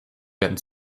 werden